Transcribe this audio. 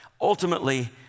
ultimately